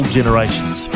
generations